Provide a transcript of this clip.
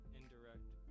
indirect